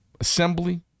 assembly